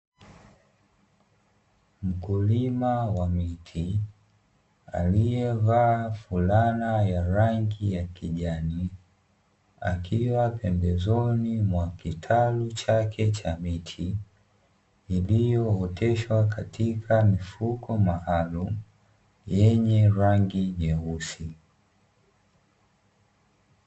Mkulima wa miti, alievaa fulana ya rangi ya kijani akiwa pembezoni mwa kitalu chake cha miti, iliyooteshwa katika mifuko maalumu yenye rangi nyeusi.